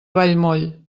vallmoll